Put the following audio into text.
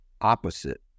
opposite